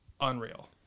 unreal